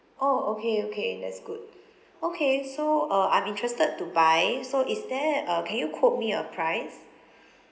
oh okay okay that's good okay so uh I'm interested to buy so is there uh can you quote me a price